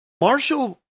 Marshall